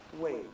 wait